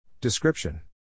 Description